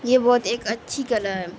یہ بہت ایک اچھی کلا ہے